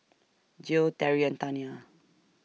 Gil Terrie and Taniyah